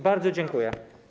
Bardzo dziękuję.